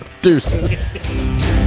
Deuces